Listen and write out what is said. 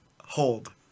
Hold